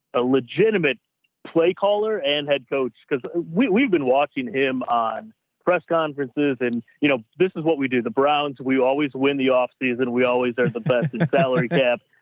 a legitimate play caller and head coach because we we've been watching him on press conferences. and you know, this is what we do. the browns, we always win the off season. we always are the bestest salary gap.